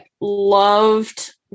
loved